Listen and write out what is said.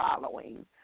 following